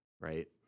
right